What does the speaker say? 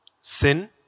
sin